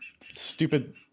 Stupid